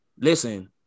listen